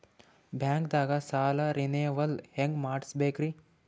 ಬ್ಯಾಂಕ್ದಾಗ ಸಾಲ ರೇನೆವಲ್ ಹೆಂಗ್ ಮಾಡ್ಸಬೇಕರಿ?